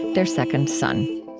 their second son